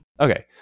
okay